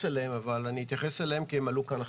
אליהם אבל אני אתייחס אליהם כי הם עלו כאן עכשיו: